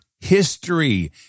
History